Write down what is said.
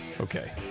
Okay